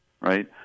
right